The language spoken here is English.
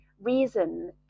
reason